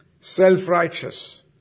self-righteous